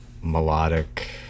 melodic